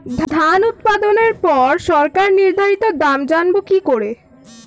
ধান উৎপাদনে পর সরকার নির্ধারিত দাম জানবো কি করে?